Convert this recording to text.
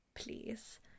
please